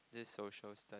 this social study